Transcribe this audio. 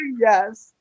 Yes